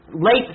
late